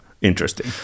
interesting